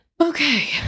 Okay